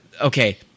okay